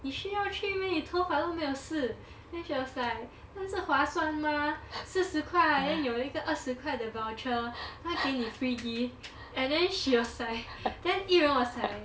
你需要去 meh 你头发都没有事 then she was like 因为这划算 mah 四十块 then 有一个二十块的 voucher 还给你 free gift and then she was like then yi ren was like